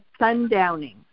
sundowning